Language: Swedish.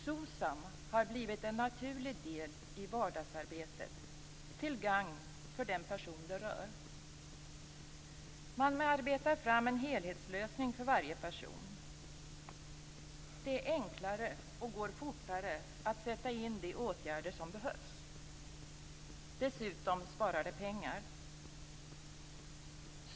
SOCSAM har blivit en naturlig del i vardagsarbetet till gagn för den person som berörs. Man arbetar fram en helhetslösning för varje person. Det är enklare, och det går fortare att sätta in de åtgärder som behövs. Dessutom sparar det pengar.